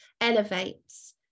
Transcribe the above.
elevates